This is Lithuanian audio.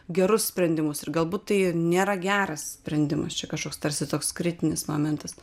gerus sprendimus ir galbūt tai nėra geras sprendimas čia kažkoks tarsi toks kritinis momentas